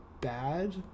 bad